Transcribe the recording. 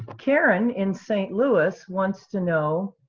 karen in st. louis wants to know,